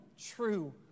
true